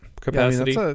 capacity